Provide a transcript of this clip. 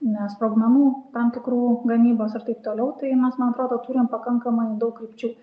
ne sprogmenų tam tikrų gamybos ir taip toliau tai mes man atrodo turim pakankamai daug krypčių